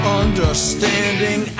understanding